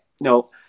no